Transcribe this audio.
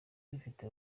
dufite